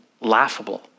laughable